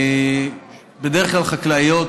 בדרך כלל חקלאיות,